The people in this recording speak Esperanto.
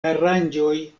aranĝoj